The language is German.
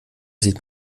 sieht